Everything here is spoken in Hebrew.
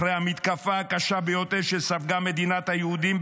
אחרי המתקפה הקשה ביותר שספגה מדינת היהודים,